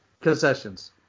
Concessions